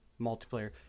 multiplayer